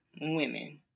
women